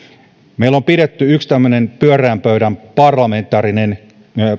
meillä on pidetty yksi tämmöinen pyöreän pöydän parlamentaarinen